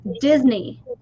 Disney